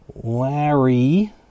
Larry